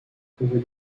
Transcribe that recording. prévoyez